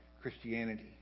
Christianity